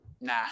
Nah